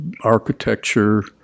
architecture